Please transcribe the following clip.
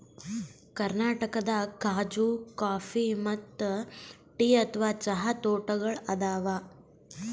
ಕರ್ನಾಟಕದಾಗ್ ಖಾಜೂ ಕಾಫಿ ಮತ್ತ್ ಟೀ ಅಥವಾ ಚಹಾ ತೋಟಗೋಳ್ ಅದಾವ